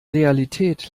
realität